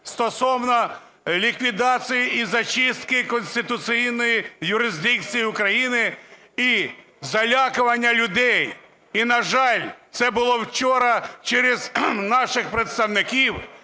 стосовно ліквідації і "зачистки" конституційної юрисдикції України і залякування людей. І, на жаль, це було вчора через наших представників,